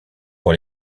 pour